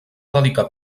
dedicar